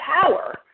power